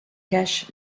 cache